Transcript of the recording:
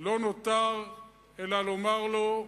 לא נותר אלא לומר לו: